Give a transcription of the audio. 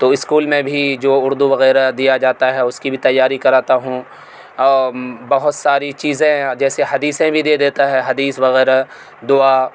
تو اسکول میں بھی جو اردو وغیرہ دیا جاتا ہے اس کی بھی تیاری کراتا ہوں اور بہت ساری چیزیں جیسے حدیثیں بھی دے دیتا ہے حدیث وغیرہ دعا